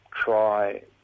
try